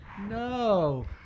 No